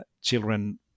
children